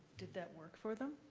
did that work for them?